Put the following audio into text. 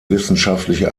wissenschaftliche